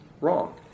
wrong